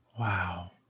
Wow